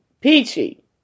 peachy